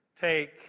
take